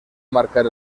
marcar